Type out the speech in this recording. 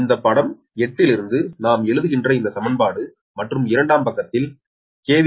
இந்த படம் 8 லிருந்து நாம் எழுதுகின்ற இந்த சமன்பாடு மற்றும் இரண்டாம் பக்கத்தில் கே